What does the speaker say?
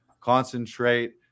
concentrate